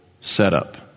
setup